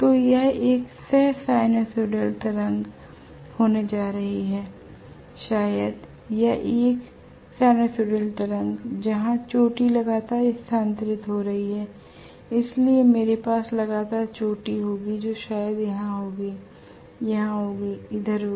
तो यह एक सह साइनसॉइडल तरंग होने जा रही है शायद या एक साइनसॉइडल तरंग जहां चोटी लगातार स्थानांतरित हो रही है इसलिए मेरे पास लगातार चोटी होगी जो शायद यहां होगी है यहाँ होगी इधर होगी